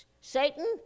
Satan